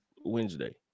Wednesday